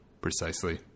Precisely